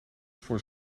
voor